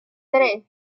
tres